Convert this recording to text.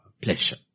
pleasure